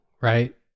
right